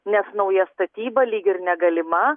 nes nauja statyba lyg ir negalima